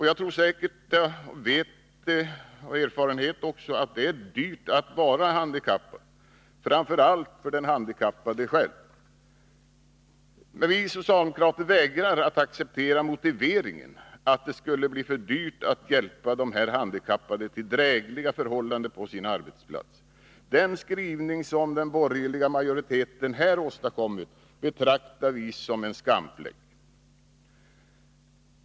Jag vet av erfarenhet att det är dyrt att vara handikappad, framför allt för den handikappade själv. Men vi socialdemokrater vägrar att acceptera motiveringen att det skulle bli för dyrt att hjälpa de handikappade till drägliga förhållanden på sina arbetsplatser. Den skrivning som den borgerliga majoriteten här har åstadkommit betraktar vi som en skamfläck.